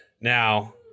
Now